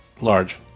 Large